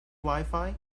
wifi